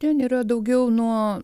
ten yra daugiau nuo